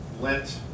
lent